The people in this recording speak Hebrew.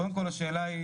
קודם כל השאלה היא